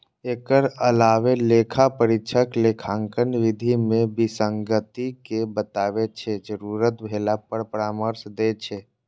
एकर अलावे लेखा परीक्षक लेखांकन विधि मे विसंगति कें बताबै छै, जरूरत भेला पर परामर्श दै छै